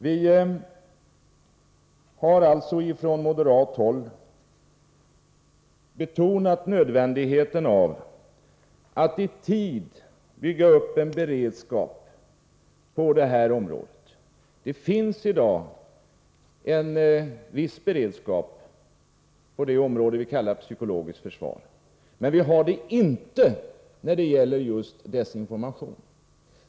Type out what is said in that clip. Vi har från moderat håll betonat nödvändigheten av att man i tid bygger upp en beredskap på detta område. Det finns i dag en viss beredskap på det område vi kallar psykologiskt försvar, men vi har det inte när det gäller just desinformation.